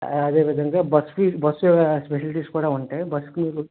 అదే విధంగా bus fee bus special fee కూడా ఉంటాయి బస్సు ఫీజు